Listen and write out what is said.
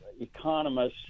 economists